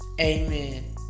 Amen